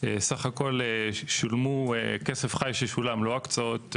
בסך הכול כסף חי ששולם, לא הקצאות,